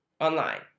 online